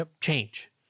change